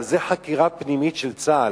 אבל זאת חקירה פנימית של צה"ל,